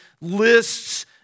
lists